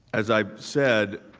as i've said